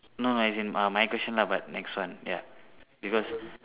no no as in uh my question lah but next one ya because